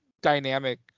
Dynamic